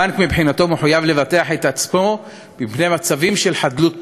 הבנק מבחינתו מחויב לבטח את עצמו מפני מצבים של חדלות פירעון.